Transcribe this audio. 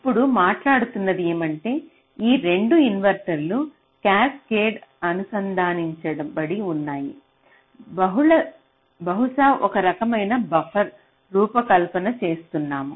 ఇప్పుడు మాట్లాడుతున్నది ఏమంటే ఈ 2 ఇన్వర్టర్లు క్యాస్కేడ్లో అనుసంధానించబడి ఉన్నాయి బహుశా ఒక రకమైన బఫర్ రూపకల్పన చేస్తున్నాము